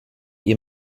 ihr